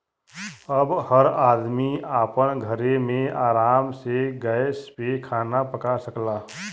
अब हर आदमी आपन घरे मे आराम से गैस पे खाना पका सकला